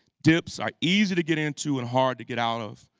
dips are easy to get into and hard to get out of.